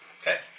Okay